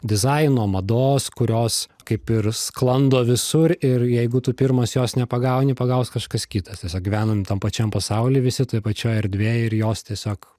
dizaino mados kurios kaip ir sklando visur ir jeigu tu pirmas jos nepagauni pagaus kažkas kitas tiesiog gyvenam tam pačiam pasauly visi toj pačioj erdvėj ir jos tiesiog